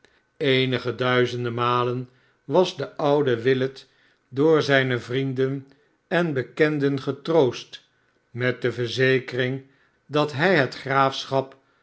eenige duizenden malen was de oude willet door zijne vrienden en bekenden getroost met de verzekering dat hij het graafschap